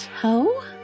Toe